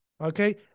Okay